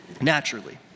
Naturally